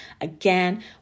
Again